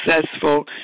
successful